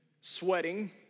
sweating